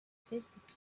facebook